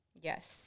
Yes